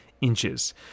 inches